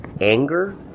Anger